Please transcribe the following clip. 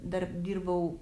dar dirbau